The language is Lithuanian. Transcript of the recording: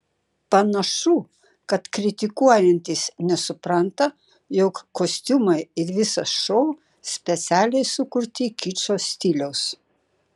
panašu kad kritikuojantys nesupranta jog kostiumai ir visas šou specialiai sukurti kičo stiliaus